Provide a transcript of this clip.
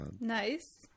Nice